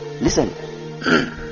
Listen